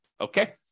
Okay